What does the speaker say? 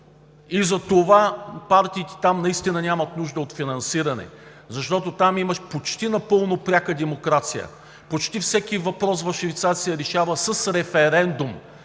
и затова партиите там наистина нямат нужда от финансиране. Защото там имаш почти напълно пряка демокрация, почти всеки въпрос в Швейцария се решава с референдум.